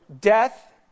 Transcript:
Death